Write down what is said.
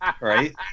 Right